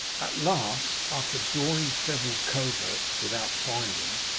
at last, after drawing several coverts without finding,